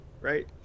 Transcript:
right